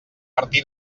martí